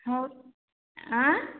ହଉ ଆଁ